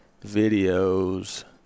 videos